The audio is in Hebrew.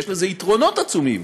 יש לזה יתרונות עצומים,